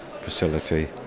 facility